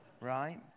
right